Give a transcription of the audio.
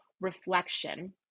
reflection